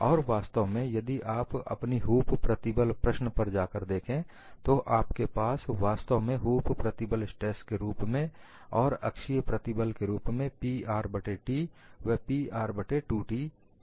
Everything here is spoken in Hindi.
और वास्तव में यदि आप अपनी हूप प्रतिबल प्रश्न पर जाकर देखें तो आपके पास वास्तव में हूप प्रतिबल स्ट्रेस के रूप में और अक्षीय प्रतिबल के रूप में p R बट्टे t व p R बट्टे 2 t है